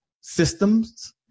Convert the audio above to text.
systems